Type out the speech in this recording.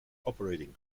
operating